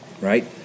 Right